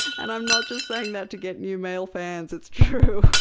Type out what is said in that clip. and i'm not just saying that to get new male fans, it's true.